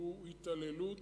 הוא התעללות,